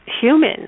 human